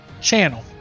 channel